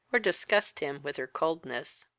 or disgust him with her coldness.